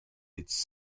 its